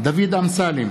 דוד אמסלם,